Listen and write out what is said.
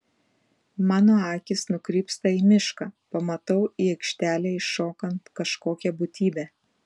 mano akys nukrypsta į mišką pamatau į aikštelę įšokant kažkokią būtybę